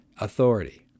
authority